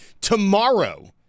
Tomorrow